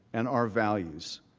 and our values.